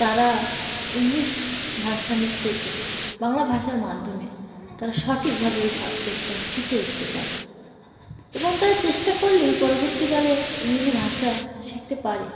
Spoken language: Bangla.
তারা ইংলিশ ভার্সান থেকে বাংলা ভাষার মাধ্যমে তারা সঠিকভাবে ওই সাবজেক্টটা শিখে উঠতে পারে এবং তারা চেষ্টা করলেই পরবর্তীকালে ইংরেজি ভাষা শিখতে পারে